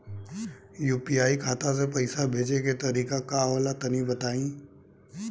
UPI खाता से पइसा भेजे के तरीका का होला तनि बताईं?